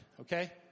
okay